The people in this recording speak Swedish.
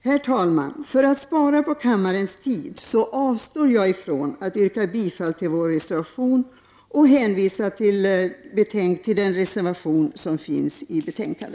Herr talman! För att spara på kammarens tid avstår jag från att yrka bifall till vår reservation och hänvisar till betänkandet där den finns redovisad.